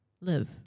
live